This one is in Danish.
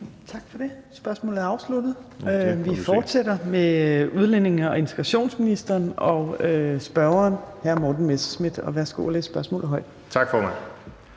Tak for det. Spørgsmålet er afsluttet. Vi fortsætter med udlændinge- og integrationsministeren og spørgeren, hr. Morten Messerschmidt. Kl. 14:39 Spm.